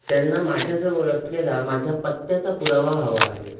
त्यांना माझ्याजवळ असलेला माझ्या पत्त्याचा पुरावा हवा आहे